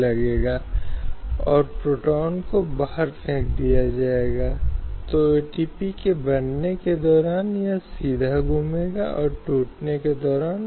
और यह भी उल्लेख किया जा सकता है कि ऐसे कई मामले हैं जहां अदालतों ने मौलिक अधिकार के भीतर निर्देश सिद्धांतों को पढ़ने की कोशिश की है